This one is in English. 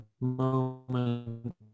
moment